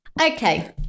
Okay